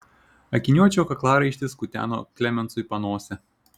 akiniuočio kaklaraištis kuteno klemensui panosę